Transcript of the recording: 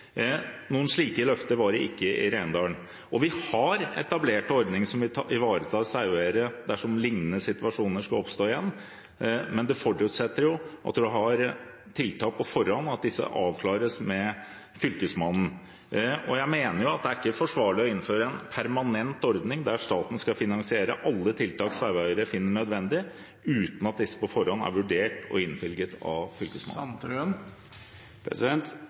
Noen slike løfter var det ikke i Rendalen. Vi har etablert en ordning som ivaretar saueeiere dersom lignende situasjoner skulle oppstå igjen, men det forutsetter at man har tiltak på forhånd, og at disse avklares med Fylkesmannen. Jeg mener at det ikke er forsvarlig å innføre en permanent ordning der staten skal finansiere alle tiltak saueeiere finner nødvendig, uten at disse på forhånd er vurdert og innvilget av Fylkesmannen.